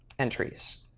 entries.